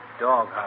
dog